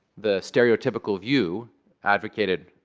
the stereotypical view advocated,